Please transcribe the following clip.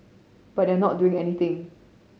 but they are not doing anything